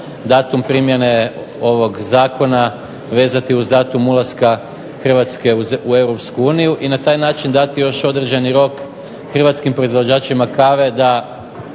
datum primjene ovog zakona vezati uz datum ulaska hrvatske u Europsku uniju i na taj način dati još određeni rok hrvatskim proizvođačima kave da